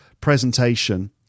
presentation